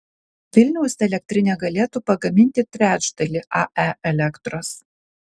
vilniaus elektrinė galėtų pagaminti trečdalį ae elektros